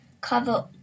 cover